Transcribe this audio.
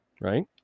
right